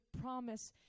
promise